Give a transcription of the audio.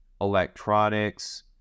electronics